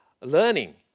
learning